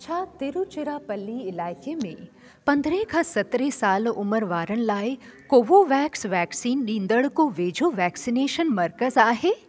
छा तिरूचिराप्पल्ली इलाइक़े में पंद्रहें खां सत्रहें साल उमिरि वारनि लाइ कोवोवेक्स वैक्सीन ॾींदड़ को वेझो वैक्सनेशन मर्कज़ आहे